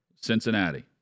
Cincinnati